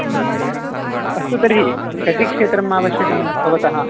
हूं अस्तु तर्हि कति क्षेत्रम् आवश्यकं भवतः